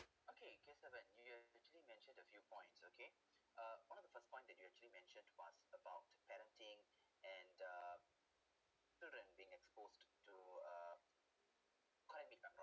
okay kesaven you've actually mentioned your viewpoints okay uh one of the first point that you actually mentioned was about parenting and the students being exposed to uh foreign if I'm wrong